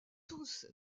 tous